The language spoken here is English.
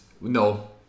No